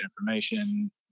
information